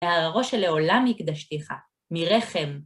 ועל הראש שלעולם הקדשתיך, מרחם.